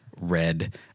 red